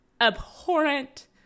abhorrent